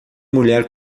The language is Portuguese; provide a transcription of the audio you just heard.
mulher